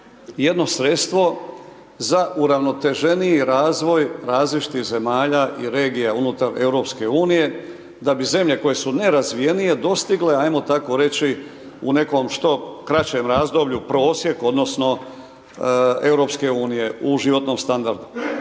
jedno sredstvo za uravnoteženiji razvoj različitih zemalja i regija unutar Europske unije, da bi zemlje koje su nerazvijenije dostigle, ajmo tako reći, u nekom što kraćem razdoblju, prosjek odnosno Europske unije u životnom standardu.